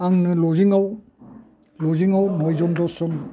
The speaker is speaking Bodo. आंनो लडजिंआव लडजिंआव नयजन दसजन